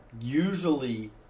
usually